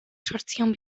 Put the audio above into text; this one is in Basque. zortziehun